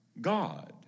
God